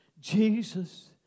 Jesus